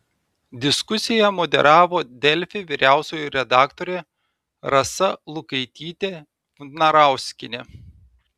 diskusiją moderavo delfi vyriausioji redaktorė rasa lukaitytė vnarauskienė